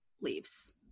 leaves